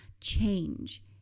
change